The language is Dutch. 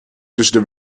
tussen